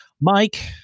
Mike